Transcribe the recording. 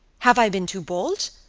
have i been too bold?